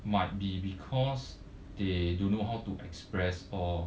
might be because they don't know how to express or